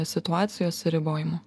situacijos ribojimų